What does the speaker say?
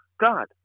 God